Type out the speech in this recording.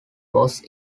boss